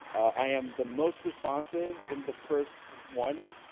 i am the most responsive in the first one.